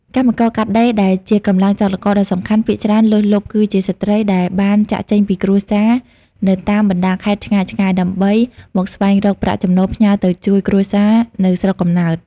កម្មករកាត់ដេរដែលជាកម្លាំងចលករដ៏សំខាន់ ភាគច្រើនលើសលប់គឺជាស្ត្រីដែលបានចាកចេញពីគ្រួសារនៅតាមបណ្តាខេត្តឆ្ងាយៗ ដើម្បីមកស្វែងរកប្រាក់ចំណូលផ្ញើទៅជួយគ្រួសារនៅស្រុកកំណើត។